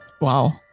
Wow